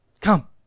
Come